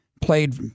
played